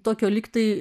tokio lyg tai